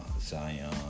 Zion